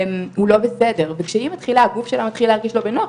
הוא לא בסדר וכשהגוף שלה מתחיל להרגיש לא בנוח,